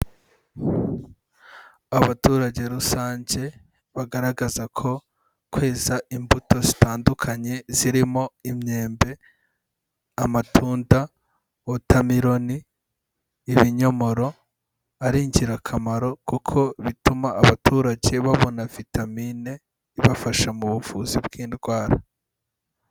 Abaturage rusange bagaragaza ko kweza imbuto zitandukanye zirimo imyembe, amatunda, water melon, ibinyomoro ari ingirakamaro kuko bituma abaturage babona vitamine ibafasha mu buvuzi bw'indwara.